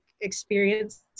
experienced